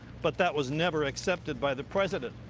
but that was never accepted by the president.